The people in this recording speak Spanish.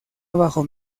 bajo